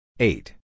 Eight